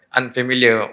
unfamiliar